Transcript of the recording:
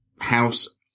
house